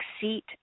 seat